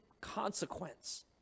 consequence